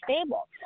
stable